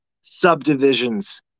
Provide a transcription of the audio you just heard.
subdivisions